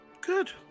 good